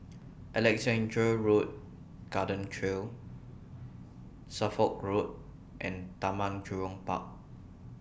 Alexandra Road Garden Trail Suffolk Road and Taman Jurong Park